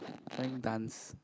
line dance